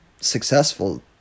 successful